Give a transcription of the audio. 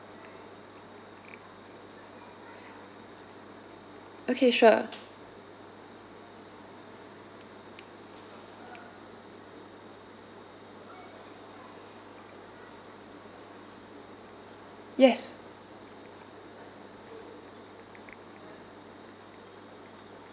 okay sure yes